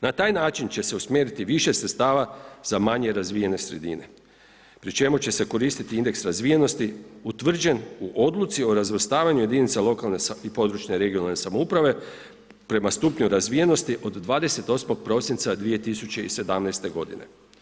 Na taj način će se usmjeriti više sredstava za manje razvijene sredine pri čemu se će koristiti indeks razvijenosti utvrđen u odluci o razvrstavanju jedinica lokalne i područne (regionalne) samouprave prema stupnju razvijenosti od 28. prosinca 2017. godine.